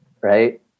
right